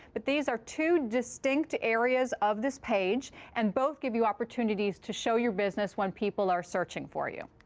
but these are two distinct areas of this page. and both give you opportunities to show your business when people are searching for you.